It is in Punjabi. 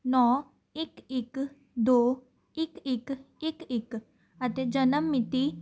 ਨੌਂ ਇੱਕ ਇੱਕ ਦੋ ਇੱਕ ਇੱਕ ਇੱਕ ਇੱਕ ਅਤੇ ਜਨਮ ਮਿਤੀ